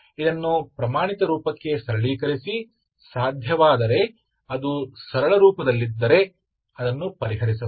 ಇದನ್ನು ಪ್ರಮಾಣಿತ ರೂಪಕ್ಕೆ ಸರಳೀಕರಿಸಿ ಸಾಧ್ಯವಾದರೆ ಅದು ಸರಳವಾದ ರೂಪದಲ್ಲಿದ್ದರೆ ಅದನ್ನು ಪರಿಹರಿಸಬಹುದು